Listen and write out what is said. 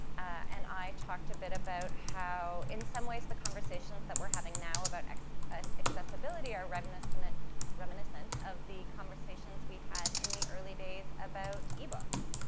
and i talked a bit about how, in some ways, the conversations that we're having now about ah accessibility are reminiscent and reminiscent of the conversations we had in the early days about ebooks